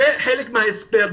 זה חלק מההסבר.